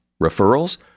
Referrals